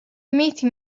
meeting